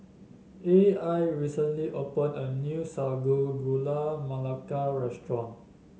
A I recently opened a new Sago Gula Melaka restaurant